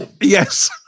Yes